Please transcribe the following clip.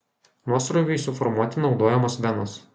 nuosrūviui suformuoti naudojamos venos